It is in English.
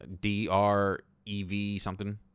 D-R-E-V-something